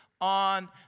on